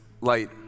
light